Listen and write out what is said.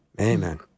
Amen